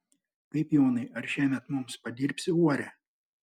kaip jonai ar šiemet mums padirbsi uorę